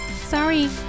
Sorry